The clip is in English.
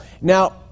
Now